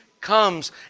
comes